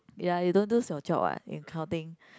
ya you don't lose your job what in accounting